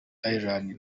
ireland